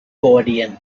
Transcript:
guardian